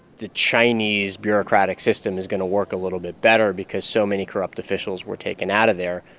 the chinese bureaucratic system is going to work a little bit better because so many corrupt officials were taken out of there.